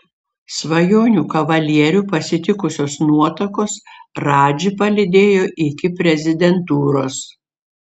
svajonių kavalierių pasitikusios nuotakos radžį palydėjo iki prezidentūros